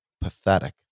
pathetic